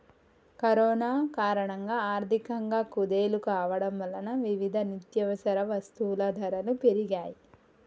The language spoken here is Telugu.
కరోనా కారణంగా ఆర్థికంగా కుదేలు కావడం వలన వివిధ నిత్యవసర వస్తువుల ధరలు పెరిగాయ్